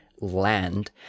land